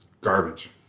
garbage